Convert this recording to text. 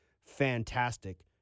fantastic